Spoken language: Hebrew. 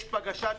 יש בקשת